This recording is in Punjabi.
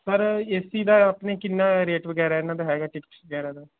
ਪਰ ਏ ਸੀ ਦਾ ਆਪਣੇ ਕਿੰਨਾ ਰੇਟ ਵਗੈਰਾ ਇਹਨਾਂ ਦਾ ਹੈਗਾ ਟਿਕਟਸ ਵਗੈਰਾ ਦਾ